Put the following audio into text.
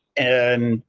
and,